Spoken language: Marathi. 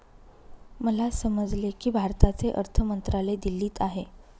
मला समजले की भारताचे अर्थ मंत्रालय दिल्लीत आहे